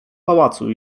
pałacu